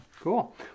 cool